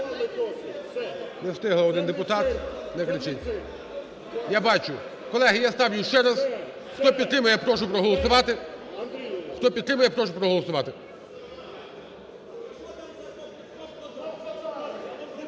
Не встиг, один депутат. Не кричіть. Я бачу. Колеги, я ставлю ще раз. Хто підтримує, я прошу проголосувати. Хто підтримує, я прошу проголосувати.